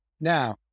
now